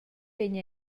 vegn